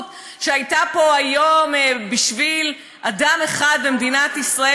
שהייתה פה היום בשביל אדם אחד במדינת ישראל,